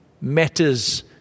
matters